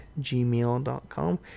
gmail.com